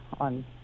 on